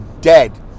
dead